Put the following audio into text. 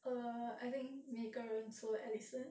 I think 每个人除了 allison